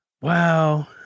Wow